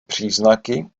příznaky